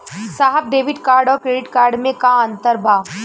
साहब debit card और credit card में का अंतर बा?